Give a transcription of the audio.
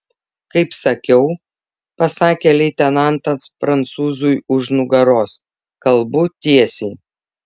kaip sakiau pasakė leitenantas prancūzui už nugaros kalbu tiesiai